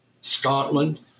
Scotland